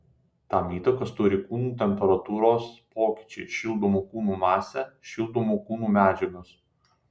tam įtakos turi kūnų temperatūros pokyčiai šildomų kūnų masė šildomų kūnų medžiagos